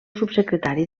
subsecretari